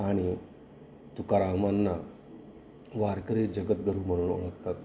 आणि तुकारामांना वारकरी जगद्गुरू म्हणू लागतात